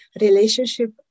relationship